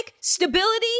stability